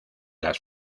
las